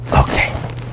Okay